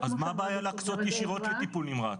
אז מה הבעיה להקצות ישירות לטיפול נמרץ?